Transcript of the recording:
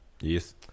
yes